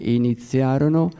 iniziarono